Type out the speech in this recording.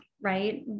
right